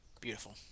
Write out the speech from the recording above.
Beautiful